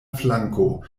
flanko